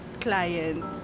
client